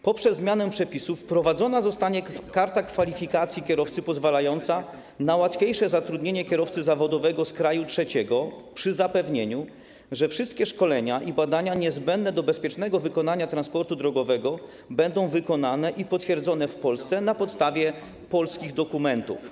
Poprzez zmianę przepisów wprowadzona zostanie karta kwalifikacji kierowcy pozwalająca na łatwiejsze zatrudnienie kierowcy zawodowego z kraju trzeciego przy zapewnieniu, że wszystkie szkolenia i badania niezbędne do bezpiecznego wykonywania transportu drogowego będą wykonywane i potwierdzane w Polsce na podstawie polskich dokumentów.